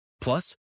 Plus